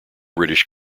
british